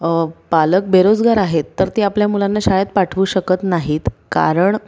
पालक बेरोजगार आहेत तर ते आपल्या मुलांना शाळेत पाठवू शकत नाहीत कारण